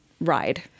ride